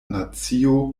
nacio